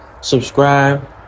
subscribe